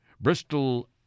Bristol